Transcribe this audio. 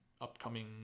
upcoming